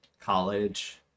college